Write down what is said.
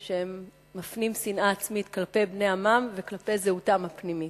שמפנים שנאה עצמית כלפי בני עמם וכלפי זהותם הפנימית.